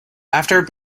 after